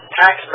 tax